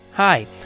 Hi